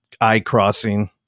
eye-crossing